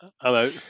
Hello